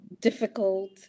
difficult